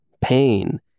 pain